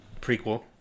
Prequel